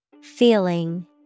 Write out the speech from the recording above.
Feeling